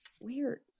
weird